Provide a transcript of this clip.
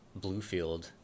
Bluefield